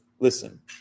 Listen